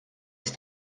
ist